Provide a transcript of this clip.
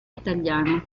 italiano